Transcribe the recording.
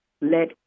let